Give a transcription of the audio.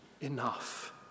enough